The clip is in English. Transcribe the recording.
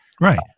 Right